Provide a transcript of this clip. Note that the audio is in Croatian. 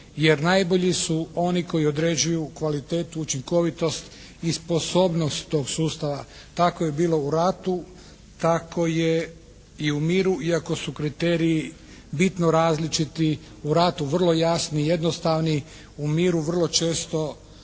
najbolji su oni koji određuju kvalitetu, učinkovitost i sposobnost tog sustava. Tako je bilo u ratu, tako je i u miru iako su kriteriji bitno različiti, u ratu vrlo jasni, jednostavni, u miru vrlo često složeni,